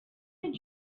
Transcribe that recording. did